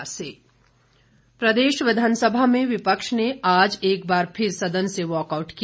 walkout प्रदेश विधानसभा में विपक्ष ने आज एक बार फिर सदन से वॉकआउट किया